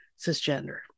cisgender